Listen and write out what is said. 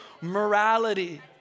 morality